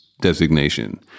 designation